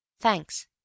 Thanks